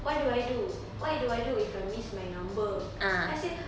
what do I do what do I do if I miss my number then I say